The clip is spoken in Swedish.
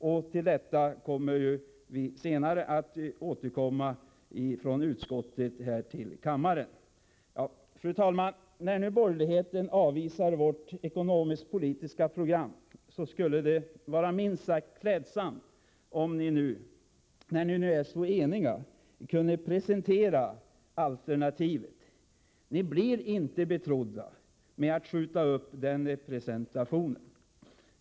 Från utskottets sida kommer vi senare att återkomma till kammaren om detta. Fru talman! När nu borgerligheten avvisar vårt ekonomisk-politiska program skulle det vara minst sagt klädsamt om borgerligheten nu, när den är så enig, kunde presentera ett alternativ. Ni blir inte betrodda genom att skjuta upp den presentationen.